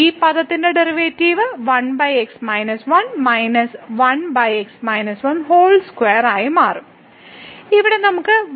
ഈ പദത്തിന്റെ derivative 1 minus 1 2 ആയി മാറും ഇവിടെ നമുക്ക് 1 x ഉണ്ട്